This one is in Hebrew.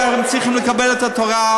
אתם צריכים לקבל את התורה,